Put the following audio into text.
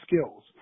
skills